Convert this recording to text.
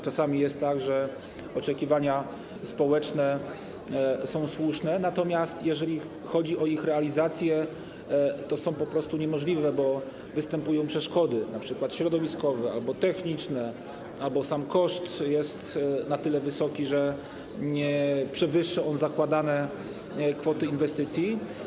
Czasami jest tak, że oczekiwania społeczne są słuszne, natomiast jeżeli chodzi o ich realizację, to są po prostu niemożliwe, bo występują przeszkody, np. środowiskowe albo techniczne, albo sam koszt jest na tyle wysoki, że przewyższa zakładane kwoty inwestycji.